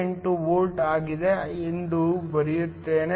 48 volt ಆಗಿದೆ ಎಂದು ಬರೆಯುತ್ತೇನೆ